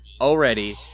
already